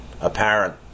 apparent